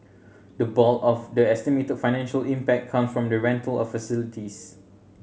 the bulk of the estimated financial impact come from the rental of facilities